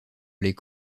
les